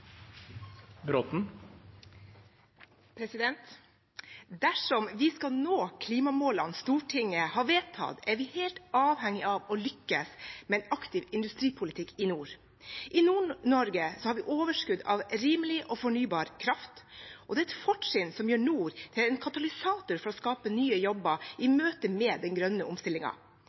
vi helt avhengig av å lykkes med en aktiv industripolitikk i nord. I Nord-Norge har vi overskudd av rimelig og fornybar kraft, og det er et fortrinn som gjør nord til en katalysator for å skape nye jobber i møte med den grønne